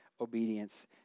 obedience